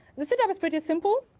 the setup is pretty simple.